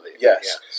Yes